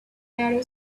narrow